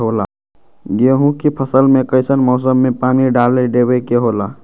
गेहूं के फसल में कइसन मौसम में पानी डालें देबे के होला?